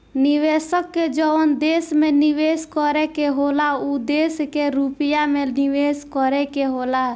निवेशक के जवन देश में निवेस करे के होला उ देश के रुपिया मे निवेस करे के होला